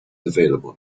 available